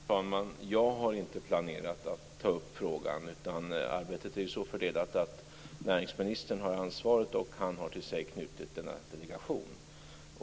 Fru talman! Jag har inte planerat att ta upp frågan. Arbetet är ju så fördelat att näringsministern har det här ansvaret, och han har till sig knutit denna delegation.